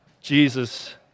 Jesus